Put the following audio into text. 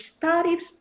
tariffs